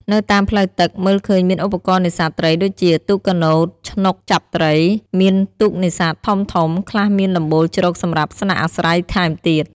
នៅតាមផ្លូវទឹក មើលឃើញមានឧបករណ៍នេសាទត្រី ដូចជា ទូកកាណូត ឆ្នុកចាប់ត្រី មានទូកនេសាទធំៗ ខ្លះមានដំបូលជ្រកសម្រាប់ស្នាក់អាស្រ័យថែមទៀត។